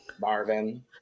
Marvin